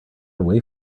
away